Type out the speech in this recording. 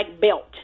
belt